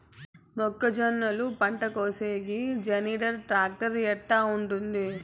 మొక్కజొన్నలు పంట కోసేకి జాన్డీర్ టాక్టర్ ఎట్లా ఉంటుంది?